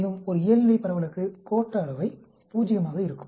மேலும் ஒரு இயல்நிலை பரவலுக்கு கோட்ட அளவை பூஜ்ஜியமாக இருக்கும்